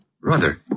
Brother